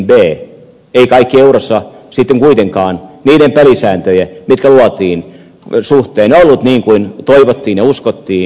ei kaikki eurossa sitten kuitenkaan niiden pelisääntöjen suhteen mitkä luotiin ollut niin kuin toivottiin ja uskottiin